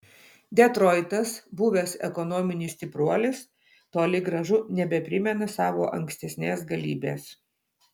detroitas buvęs ekonominis stipruolis toli gražu nebeprimena savo ankstesnės galybės